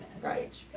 right